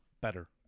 better